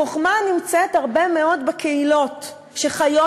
החוכמה נמצאת הרבה מאוד בקהילות שחיות